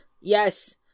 yes